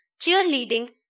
cheerleading